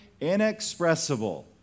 inexpressible